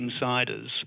insiders